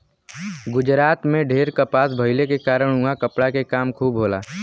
गुजरात में ढेर कपास भइले के कारण उहाँ कपड़ा के काम खूब होला